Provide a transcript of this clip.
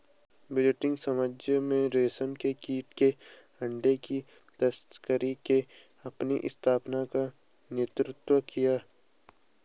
Byzantine साम्राज्य में रेशम के कीड़े के अंडे की तस्करी ने अपनी स्थापना का नेतृत्व किया